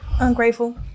ungrateful